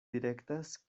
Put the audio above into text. direktas